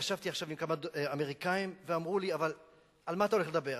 ישבתי עכשיו עם כמה אמריקנים ששאלו אותי: על מה אתה הולך לדבר?